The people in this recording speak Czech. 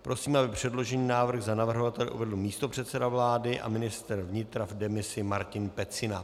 Prosím, aby předložený návrh za navrhovatele uvedl místopředseda vlády a ministr vnitra v demisi Martin Pecina.